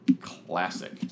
classic